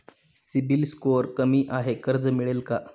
CIBIL score कमी आहे कर्ज मिळेल का?